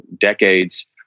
decades